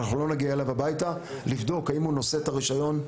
אנחנו לא נגיע אליו הביתה לבדוק האם הוא נושא את הרישיון,